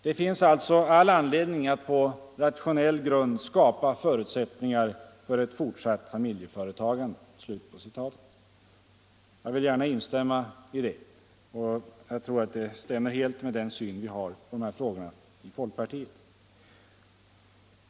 Det finns alltså - Om skattelättnader all anledning att på ”rationell” bakgrund skapa förutsättningar för ett fort — för de mindre och satt familjeföretagande.” medelstora Jag vill gärna instämma i det, och jag tror att det helt stämmer med = företagen den syn vi har på de här frågorna i folkpartiet.